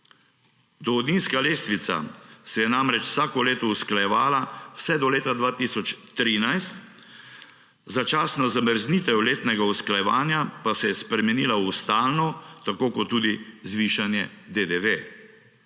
Dohodninska lestvica se je namreč vsako leto usklajevala vse do leta 2013, začasna zamrznitev letnega usklajevanja pa se je spremenila v stalno tako kot tudi zvišanje DDV.